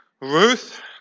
Ruth